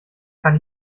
kann